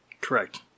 Correct